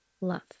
love